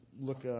look